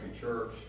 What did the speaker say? church